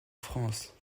france